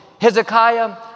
Hezekiah